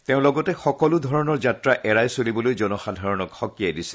তেওঁ লগতে সকলোধৰণৰ যাত্ৰা এৰাই চলিবলৈ জনসাধাৰণক সকীয়াই দিছে